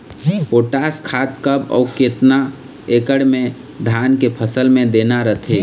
Potash खाद कब अऊ केतना एकड़ मे धान के फसल मे देना रथे?